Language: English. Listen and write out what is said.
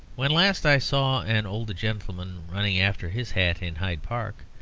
when last i saw an old gentleman running after his hat in hyde park,